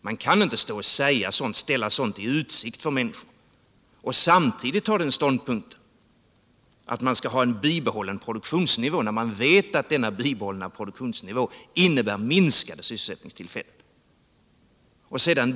Sådant kan man inte ställa i utsikt för människorna och samtidigt ha den ståndpunkten att man skall ha en bibehållen produktionsnivå. Man vet ju att denna bibchållna produktionsnivå innebär en minskning av antalet sysselsättningstillfällen.